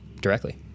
directly